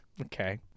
Okay